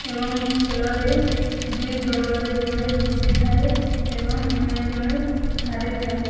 ଏବଂ ଖେଳରେ ଦୁଇ ଦଳରେ ଜଣେ ଜିତିଥାଏ ଏବଂ ଅନ୍ୟ ଜଣେ ହାରିଥାଏ